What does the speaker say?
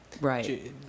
Right